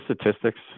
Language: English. statistics